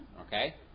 okay